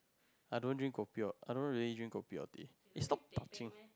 I don't drink kopi O I don't really drink kopi or tea eh stop talking